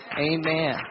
Amen